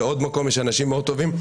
בעוד מקום יש אנשים מאוד טובים,